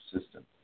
system